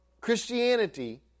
Christianity